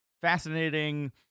fascinating